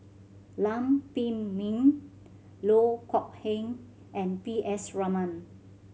Lam Pin Min Loh Kok Heng and P S Raman